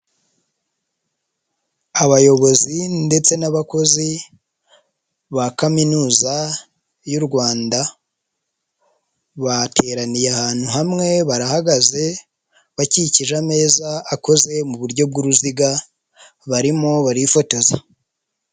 Abayobozi ndetse n'abakozi ba Kaminuza y'u Rwanda, bateraniye ahantu hamwe, barahagaze bakikije ameza akoze mu buryo bw'uruziga, barimo barifotoza.